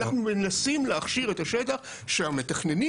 אנחנו מנסים להכשיר את השטח שהמתכננים